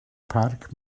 parc